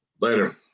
Later